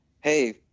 Hey